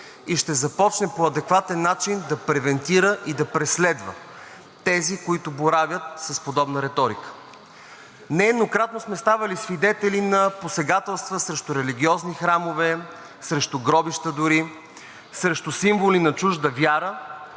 и ще започне по адекватен начин да превентира и да преследва тези, които боравят с подобна риторика. Нееднократно сме ставали свидетели на посегателства срещу религиозни храмове, срещу гробища, дори срещу символи на чужда вяра